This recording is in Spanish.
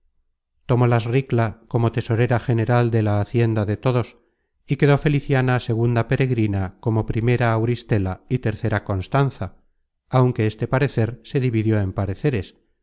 tomólas ricla como tesorera general de la hacienda de todos y quedó feliciana segunda peregrina como primera auristela y tercera constanza aunque content from google book search generated at este parecer se dividió en pareceres y